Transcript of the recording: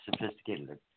sophisticated